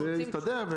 זה יסתדר,